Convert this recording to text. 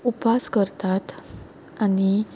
उपास करतात आनी